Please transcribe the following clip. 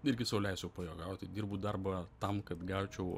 irgi sau leisčiau pajuokauti dirbu darbą tam kad gaučiau